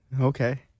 Okay